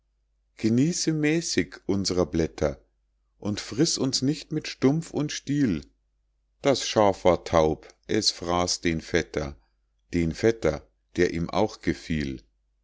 genieße mäßig uns'rer blätter nur friß uns nicht mit stumpf und stiel das schaf war taub es fraß den vetter den vetter der ihm auch gefiel